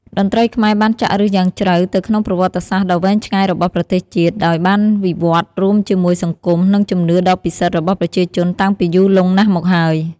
តន្ត្រីខ្មែរបានចាក់ឫសយ៉ាងជ្រៅទៅក្នុងប្រវត្តិសាស្ត្រដ៏វែងឆ្ងាយរបស់ប្រទេសជាតិ ដោយបានវិវត្តន៍រួមជាមួយសង្គម និងជំនឿដ៏ពិសិដ្ឋរបស់ប្រជាជនតាំងពីយូរលង់ណាស់មកហើយ។